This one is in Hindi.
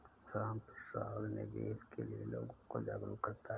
रामप्रसाद निवेश के लिए लोगों को जागरूक करता है